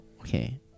okay